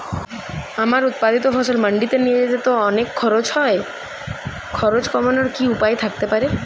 আমার উৎপাদিত ফসল মান্ডিতে নিয়ে যেতে তো অনেক খরচ হয় খরচ কমানোর কি উপায় থাকতে পারে?